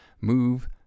move